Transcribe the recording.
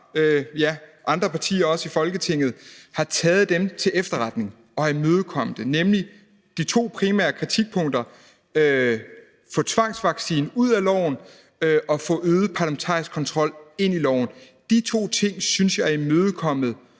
fra andre partier i Folketinget, til efterretning og har imødekommet dem. Det gælder de to primære punkter, nemlig at få tvangsvaccination ud af loven og få øget parlamentarisk kontrol ind i loven. De to ting synes jeg er imødekommet